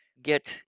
get